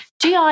GI